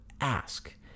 ask